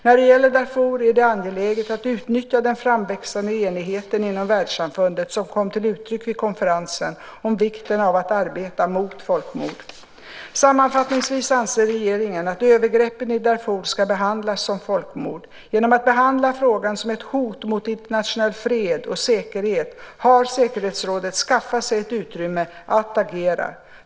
När det gäller Darfur är det angeläget att utnyttja den framväxande enighet inom världssamfundet som kom till uttryck vid konferensen om vikten av att arbeta mot folkmord. Sammanfattningsvis anser regeringen att övergreppen i Darfur ska behandlas som folkmord. Genom att behandla frågan som ett hot mot internationell fred och säkerhet har säkerhetsrådet skaffat sig ett utrymme att agera.